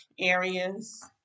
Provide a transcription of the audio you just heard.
areas